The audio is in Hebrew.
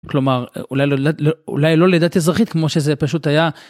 כלומר אולי ל..לל.. אולי לא לדעת אזרחית כמו שזה פשוט היה.